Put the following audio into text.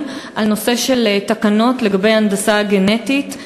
על נושא של תקנות לגבי הנדסה גנטית,